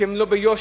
שהם לא ביושר